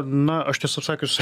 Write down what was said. na aš tiesą pasakius